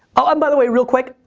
oh, and by the way, real quick.